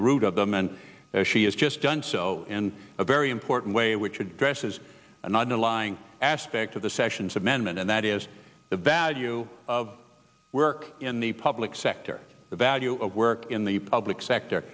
the root of them and she has just done so in a very important way which addresses not a lying aspect of the sessions amendment and that is the value of work in the public sector the value of work in the public sector